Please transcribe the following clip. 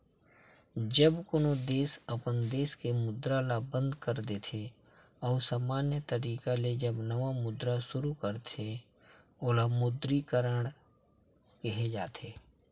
जब कोनो देस अपन देस के मुद्रा ल बंद कर देथे अउ समान्य तरिका ले जब नवा मुद्रा सुरू करथे ओला विमुद्रीकरन केहे जाथे